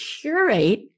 curate